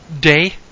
day